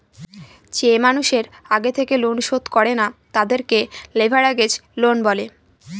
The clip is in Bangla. যে মানুষের আগে থেকে লোন শোধ করে না, তাদেরকে লেভেরাগেজ লোন বলে